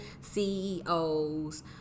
CEOs